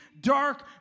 dark